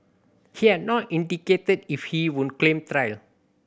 he has not indicated if he would claim trial